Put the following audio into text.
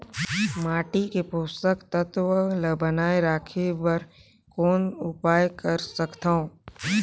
माटी मे पोषक तत्व ल बनाय राखे बर कौन उपाय कर सकथव?